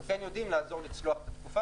אנחנו כן יודעים לעזור לצלוח את התקופה,